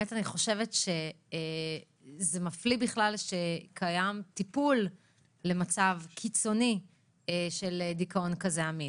אני חושבת שזה מפליא בכלל שקיים טיפול למצב קיצוני של דיכאון כזה עמיד.